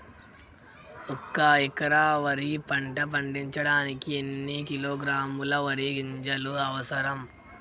ఒక్క ఎకరా వరి పంట పండించడానికి ఎన్ని కిలోగ్రాముల వరి గింజలు అవసరం?